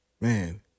man